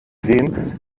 sehen